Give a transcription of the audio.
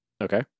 Okay